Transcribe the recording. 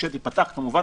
כשתיפתח כמובן,